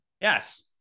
Yes